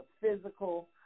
physical